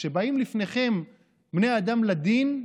כשבאים לפניכם בני אדם לדין,